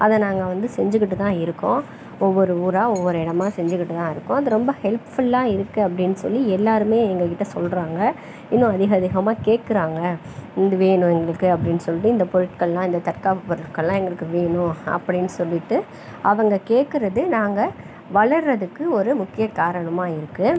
அதை நாங்கள் வந்து செஞ்சுக்கிட்டுதான் இருக்கோம் ஒவ்வொரு ஊராக ஒவ்வொரு இடமா செஞ்சுக்கிட்டு தான் இருக்கோம் அது ரொம்ப ஹெல்ஃபுல்லாக இருக்குது அப்படின்னு சொல்லி எல்லோருமே எங்கள்கிட்ட சொல்லுறாங்க இன்னும் அதிகம் அதிகமாக கேட்கறாங்க இது வேணும் எங்களுக்கு அப்படின்னு சொல்லி இந்தப் பொருட்கள்லாம் இந்தத் தற்காப்பு பொருட்கள்லாம் எங்களுக்கு வேணும் அப்படின்னு சொல்லிட்டு அவங்க கேட்கறது நாங்கள் வளர்றதுக்கு ஒரு முக்கியக் காரணமாக இருக்குது